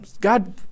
God